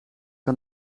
een